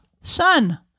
sun